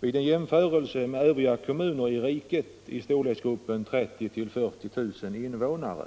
Vid en jämförelse med övriga kommuner i riket i storleksordningen 30 000-40 000 invånare